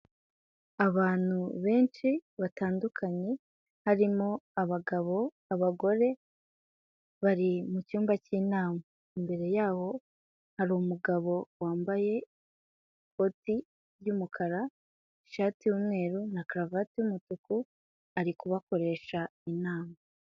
Abantu benshi batandukanye harimo abagabo, abagore, bari mu cyumba cy'inama, imbere yaho harimu umugabo wambaye ikoti ry'umukara, ishati y'umweru na karavati y'umutuku ari kubakoresha inama.